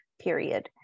period